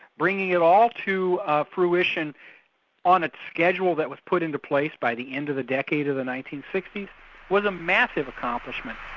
bringing it all to ah fruition on a schedule that was put into place by the end of the decade of the nineteen sixty s was a massive accomplishment.